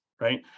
Right